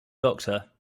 doctor